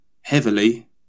heavily